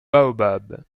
baobab